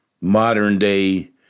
modern-day